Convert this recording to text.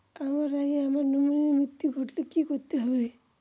আমার আগে আমার নমিনীর মৃত্যু ঘটলে কি করতে হবে?